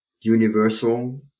universal